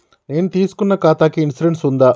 నేను తీసుకున్న ఖాతాకి ఇన్సూరెన్స్ ఉందా?